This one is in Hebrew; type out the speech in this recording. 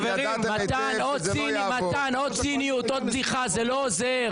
מתן, עוד ציניות, עוד בדיחה, זה לא עוזר.